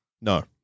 No